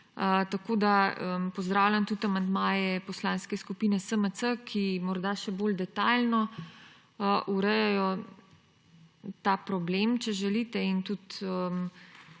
Tako da pozdravljam tudi amandmaje Poslanske skupine SMC, ki morda še bolj detajlno urejajo ta problem, če želite, in tudi